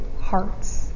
hearts